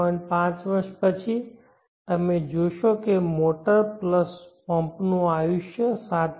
5 વર્ષ પછી તમે જોશો કે મોટર પ્લસ પમ્પનું આયુષ્ય 7